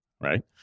right